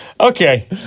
Okay